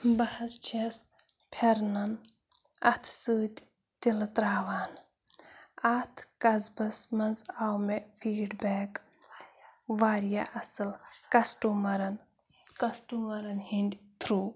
بہٕ حظ چھَس پھرنَن اَتھٕ سۭتۍ تِلہٕ ترٛاوان اَتھ قصبَس منٛز آو مےٚ فیٖڈ بیک واریاہ اَصٕل کَسٹمَرَن کَسٹمَرَن ہٕنٛدۍ تھرٛوٗ